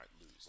lose